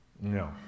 No